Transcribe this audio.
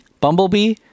Bumblebee